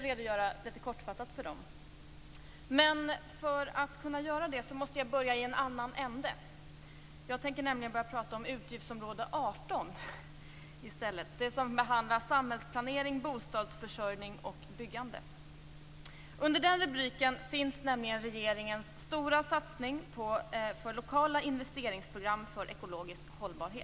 Jag tänkte litet kortfattat redogöra för dem. Men för att kunna göra det måste jag börja i en annan ända. Jag tänkte börja prata om utgiftsområde 18, det som behandlar samhällsplanering, bostadsförsörjning och byggande. Under den rubriken finns nämligen regeringens stora satsning för lokala investeringsprogram för ekologisk hållbarhet.